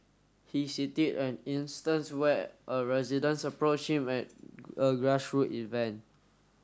he city an instance where a resident approached him at a grass root event